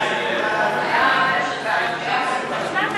התשע"ג